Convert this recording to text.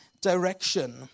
direction